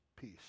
peace